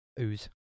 ooze